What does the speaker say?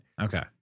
Okay